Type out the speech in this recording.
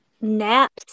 Naps